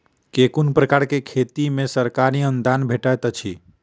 केँ कुन प्रकारक खेती मे सरकारी अनुदान भेटैत अछि?